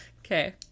Okay